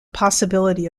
possibility